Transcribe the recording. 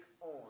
on